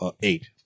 eight